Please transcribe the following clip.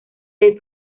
del